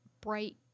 bright